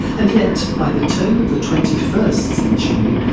and yet by the turn of the twenty first century,